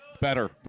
Better